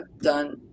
done